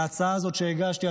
להצעה הזאת שהגשתי,